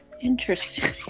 Interesting